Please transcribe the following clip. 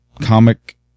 comic